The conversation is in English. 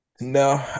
no